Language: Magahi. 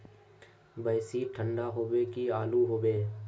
बेसी ठंडा होबे की आलू होबे